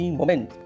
moment